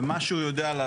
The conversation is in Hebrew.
מה שהוא עושה